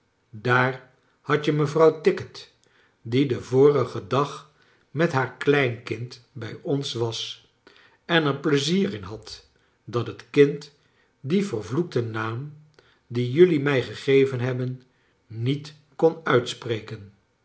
daar had je mevrouw tickit die den vorigen dag met haar kleinkind bij ons was en er plezier in had dat het kind dien vervloekten naam dien jullie mij gegeven hebben niet kon uitspreken